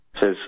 says